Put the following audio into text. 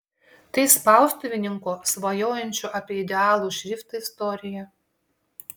tai spaustuvininko svajojančio apie idealų šriftą istorija